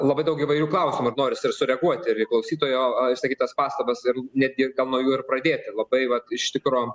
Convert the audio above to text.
labai daug įvairių klausimų ir norisi ir sureaguoti ir į klausytojo išsakytas pastabas ir ne tiek gal nuo jų ir pradėti labai vat iš tikro